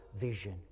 vision